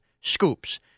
scoops